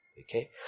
Okay